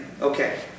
Okay